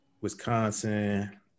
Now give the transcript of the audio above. Wisconsin